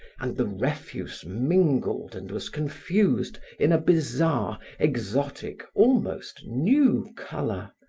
and the refuse mingled and was confused in a bizarre, exotic, almost new color.